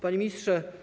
Panie Ministrze!